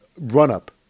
run-up